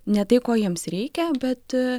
ne tai ko jiems reikia bet